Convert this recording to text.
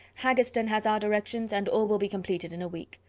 haggerston has our directions, and all will be completed in a week.